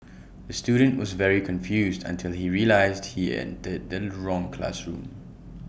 the student was very confused until he realised he entered the wrong classroom